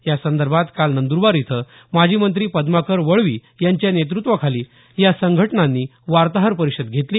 यासंदर्भात काल नंदुरबार इथं माजी मंत्री पदमाकर वळवी यांच्या नेतृत्वाखाली या संघटनांनी वार्ताहर परिषद घेतली